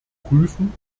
prüfen